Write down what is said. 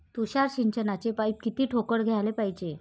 तुषार सिंचनाचे पाइप किती ठोकळ घ्याले पायजे?